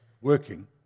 working